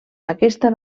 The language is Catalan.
aquesta